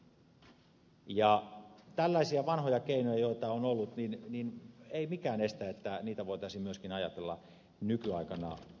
ei mikään estä että tällaisia vanhoja keinoja joita on ollut pieni niin ei mitään esteitä niitä voitaisiin myöskin ajatella nykyaikana sovellettaviksi